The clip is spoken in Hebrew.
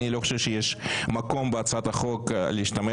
אני לא חושב שיש מקום בהצעת החוק להשתמש